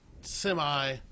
semi